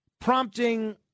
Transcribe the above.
prompting